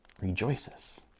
rejoices